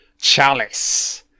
Chalice